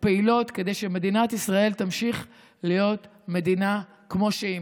ופעילות כדי שמדינת ישראל תמשיך להיות מדינה כמו שהיא,